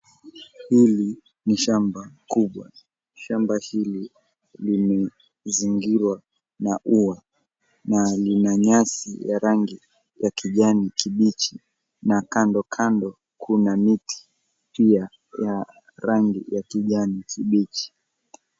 Hili ni shamba kubwa. Shamba hili limezingirwa na ua na lina nyasi ya rangi ya kijani kibichi na kando kando kuna miti pia ya rangi ya kijani kibichi.